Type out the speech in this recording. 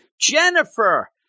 Jennifer